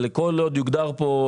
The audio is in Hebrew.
כל עוד יוגדר פה,